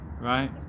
right